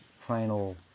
final